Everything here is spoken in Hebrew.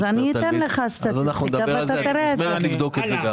אתן לך סטטיסטיקה ותראה את זה.